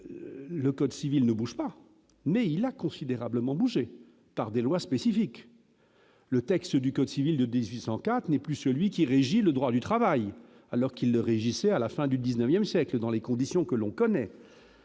le code civil ne bouge pas, mais il a considérablement bougé par des lois spécifiques : le texte du code civil de 1804 n'est plus celui qui régit le droit du travail alors qu'il ne réagissait à la fin du 19ème siècle, dans les conditions que l'on connaît